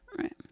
Right